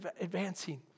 advancing